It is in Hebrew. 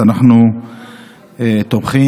תודה